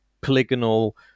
polygonal